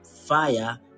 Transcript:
fire